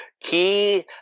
Key